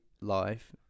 life